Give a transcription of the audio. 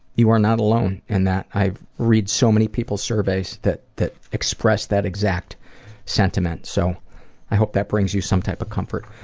you are not alone in that. i read so many people's surveys that that express that exact sentiment, so i hope that brings you some type of comfort.